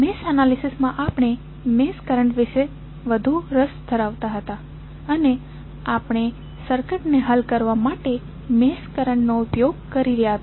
mesh એનાલિસિસમાં આપણે mesh current વિશે વધુ રસ ધરાવતા હતા અને આપણે સર્કિટને હલ કરવા માટે મેશ કરંટનો ઉપયોગ કરી રહ્યા હતા